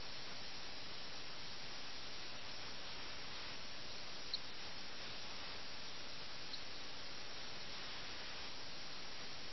മസ്ജിദിന്റെ തകർന്ന കമാനങ്ങളും തകർന്ന മതിലുകളും പൊടിപടലങ്ങൾ നിറഞ്ഞ തൂണുകളും ഈ ശവശരീരങ്ങളെ നോക്കി അവരുടെ വിധിയെ ശപിച്ചുകൊണ്ടിരുന്നു